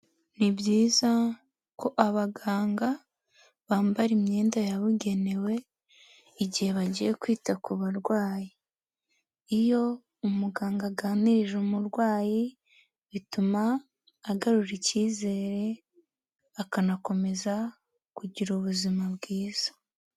Ni byiza ko abaganga bambara imyenda yabugenewe igihe bagiye kwita ku barwayi, iyo umuganga aganirije umurwayi bituma agarura icyizere, akanakomeza kugira ubuzima bwiza.